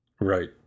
Right